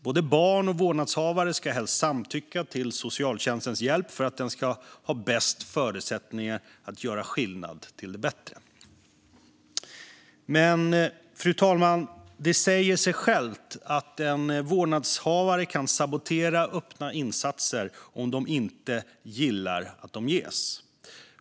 Både barn och vårdnadshavare ska helst samtycka till socialtjänstens hjälp för att den ska ha bäst förutsättningar att göra skillnad till det bättre. Fru talman! Det säger sig självt att vårdnadshavare kan sabotera öppna insatser om de inte gillar att de ges.